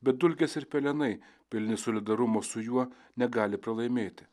bet dulkės ir pelenai pilni solidarumo su juo negali pralaimėti